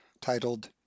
titled